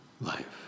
life